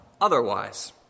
otherwise